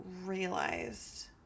realized